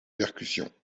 percussions